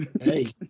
Hey